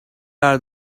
are